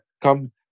come